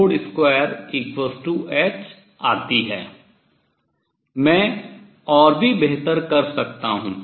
मैं और भी बेहतर कर सकता हूँ